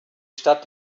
stadt